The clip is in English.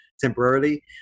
temporarily